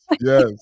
Yes